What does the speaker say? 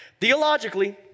Theologically